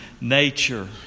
nature